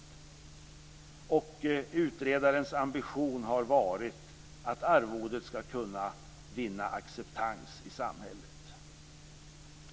Utredarens ambition har varit att arvodet skall kunna vinna acceptans i samhället.